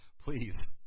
Please